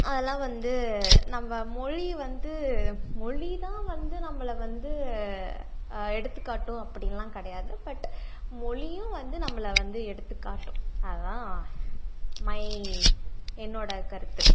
அதெல்லாம் வந்து நம்ம மொழி வந்து மொழி தான் வந்து நம்மளை வந்து எடுத்துக்காட்டும் அப்படின்லாம் கிடையாது பட் மொழியும் வந்து நம்மளை வந்து எடுத்துக்காட்டும் அது தான் மை என்னோடய கருத்து